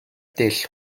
dull